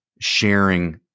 sharing